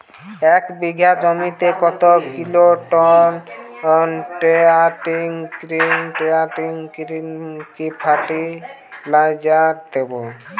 এক বিঘা জমিতে কত kilogram ten twenty six twenty six fertiliser দেবো?